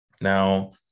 Now